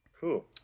Cool